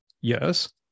Yes